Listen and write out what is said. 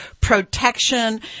protection